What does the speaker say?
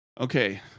Okay